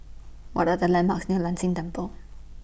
What Are The landmarks near Lin Tan Temple